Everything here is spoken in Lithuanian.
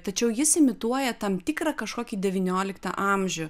tačiau jis imituoja tam tikrą kažkokį devynioliktą amžių